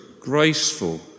graceful